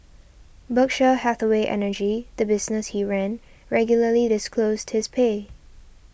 Berkshire Hathaway Energy the business he ran regularly disclosed his pay